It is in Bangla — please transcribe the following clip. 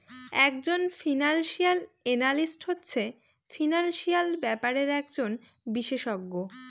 এক জন ফিনান্সিয়াল এনালিস্ট হচ্ছে ফিনান্সিয়াল ব্যাপারের একজন বিশষজ্ঞ